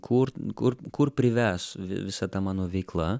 kur kur kur prives vi visa ta mano veikla